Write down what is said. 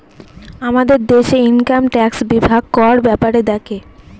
আমাদের দেশে income tax বিভাগ কর ব্যাপারে দেখে